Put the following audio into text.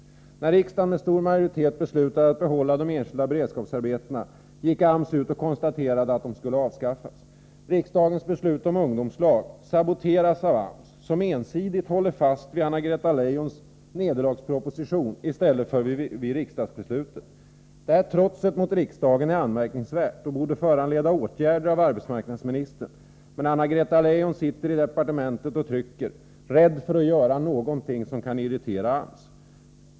När riksdagen med stor majoritet beslutade att behålla de enskilda beredskapsarbetena gick AMS ut och konstaterade att de skall avskaffas. Riksdagens beslut om ungdomslag saboteras av AMS, som ensidigt håller fast vid Anna-Greta Leijons nederlagsproposition i stället för vid riksdagsbeslutet. Detta trots mot riksdagen är anmärkningsvärt och borde föranleda åtgärder av arbetsmarknadsministern. Men Anna-Greta Leijon sitter i departementet och trycker, rädd för att göra någonting som kan irritera AMS.